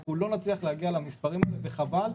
אנחנו לא נצליח להגיע למספרים האלה וחבל,